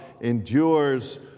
endures